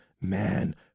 man